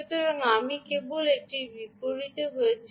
সুতরাং আমি কেবল এটির বিপরীত হয়েছি